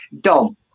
Dom